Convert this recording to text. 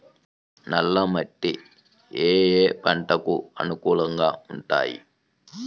నల్ల మట్టి ఏ ఏ పంటలకు అనుకూలంగా ఉంటాయి?